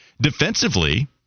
Defensively